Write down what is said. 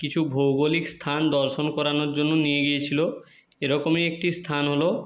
কিছু ভৌগোলিক স্থান দর্শন করানোর জন্য নিয়ে গিয়েছিলো এরকম একটি স্থান হল